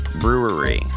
Brewery